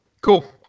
Cool